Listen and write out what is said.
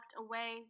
away